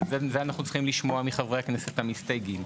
אבל את זה אנחנו צריכים לשמוע מחברי הכנסת המסתייגים.